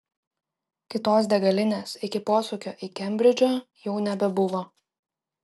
kitos degalinės iki posūkio į kembridžą jau nebebuvo